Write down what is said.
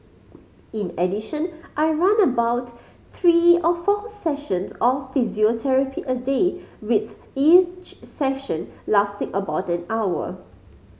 in addition I run about three or four sessions of physiotherapy a day with each session lasting about an hour